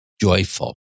joyful